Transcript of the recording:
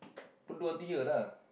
put until here lah